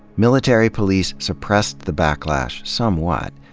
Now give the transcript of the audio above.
military police suppressed the backlash somewhat,